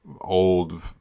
old